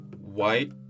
White